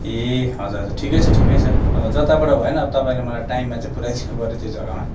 ए हजुर हजुर ठिकै छ ठिकै छ अब जताबाट भए पनि अब तपाईँले मलाई टाइममा चाहिँ पुऱ्याइदिनु पऱ्यो त्यो जग्गामा